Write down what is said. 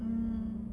mm